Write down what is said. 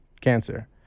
Cancer